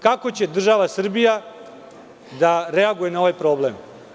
Kako će država Srbija da reaguje na ovaj problem?